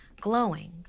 glowing